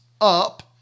up